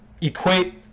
equate